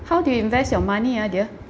how do you invest your money ah dear